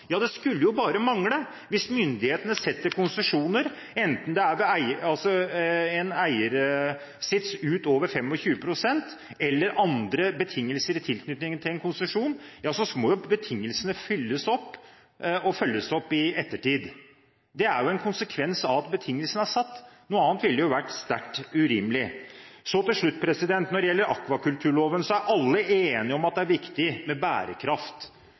Ja, det skulle bare mangle. Hvis myndighetene setter konsesjonskrav, enten det er ved en eiersits ut over 25 pst., eller det er andre betingelser i tilknytning til en konsesjon, må jo betingelsene oppfylles og følges opp i ettertid. Det er en konsekvens av at betingelsene er satt – noe annet ville jo vært sterkt urimelig. Så til slutt: Når det gjelder akvakulturloven, er alle enig om at det er viktig med bærekraft.